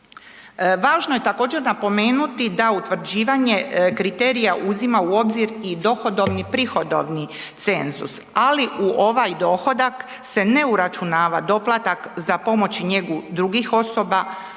Važno je također napomenuti da utvrđivanje kriterija uzima u obzir i dohodovni i prihodovni cenzus, ali u ovaj dohodak se ne uračunava doplatak za pomoć i njegu drugih osoba,